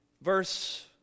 Verse